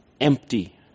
empty